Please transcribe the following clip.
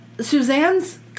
Suzanne's